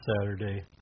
Saturday